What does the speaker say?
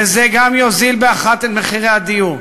וזה גם יוזיל באחת את מחירי הדיור.